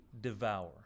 devour